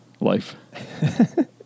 life